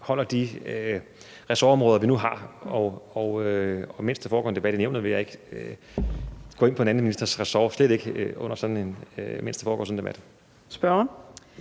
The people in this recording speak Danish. til de ressortområder, vi nu har, og mens der foregår en debat i Nævnet, vil jeg ikke gå ind på en anden ministers ressort – slet ikke mens der foregår sådan en debat.